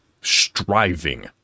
striving